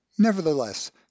Nevertheless